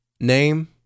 name